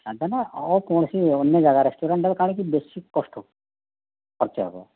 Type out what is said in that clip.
ସାଧା ମାନେ ଅନ୍ୟ କୌଣସି ରେଷ୍ଟୁରେଣ୍ଟ୍ କ'ଣ କି ବେଶୀ କଷ୍ଟ ଖର୍ଚ୍ଚ ହେବ